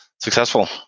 successful